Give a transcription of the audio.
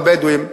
והבדואים,